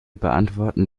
beantworten